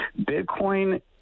Bitcoin